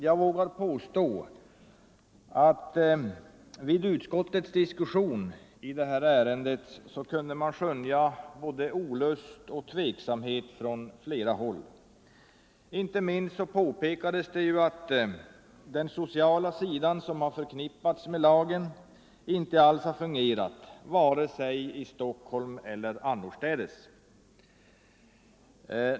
Jag vågar påstå att vid utskottets diskussion i ärendet kunde man skönja både olust och tveksamhet från flera håll. Inte minst påpekades det att den sociala sidan som förknippats med lagen inte alls fungerat, vare sig i Stockholm eller annorstädes.